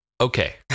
okay